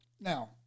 Now